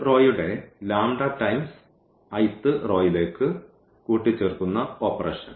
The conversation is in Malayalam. റോയുടെ λ ടൈംസ് റോയിലേക്ക് കൂട്ടിച്ചേർക്കുന്ന ഓപ്പറേഷൻ